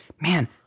Man